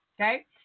Okay